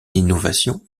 innovation